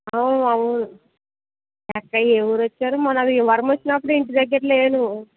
అవునవును అక్క ఏ ఊరు వచ్చారు మొన్న ఈ వారం వచ్చినప్పుడు ఇంటి దగ్గర లేను